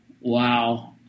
Wow